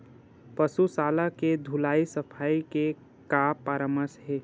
पशु शाला के धुलाई सफाई के का परामर्श हे?